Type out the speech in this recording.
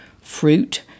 fruit